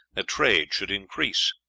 that trade should increase.